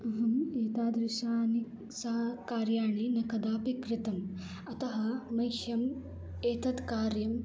अहम् एतादृशानि सा कार्याणि न कदापि कृतम् अतः मह्यम् एतत् कार्यम्